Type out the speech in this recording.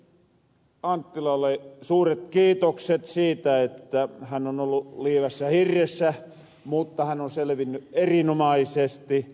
ensiksi ministeri anttilalle suuret kiitokset siitä että hän on ollu lievässä hirressä mutta hän on selvinny erinomaisesti